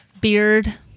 beard